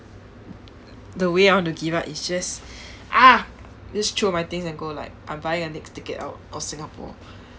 the way I want to give up is just ah list through my things and go like I'm buying the next ticket out of singapore